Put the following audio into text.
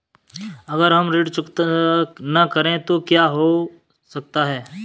अगर हम ऋण चुकता न करें तो क्या हो सकता है?